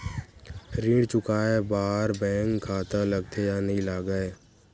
ऋण चुकाए बार बैंक खाता लगथे या नहीं लगाए?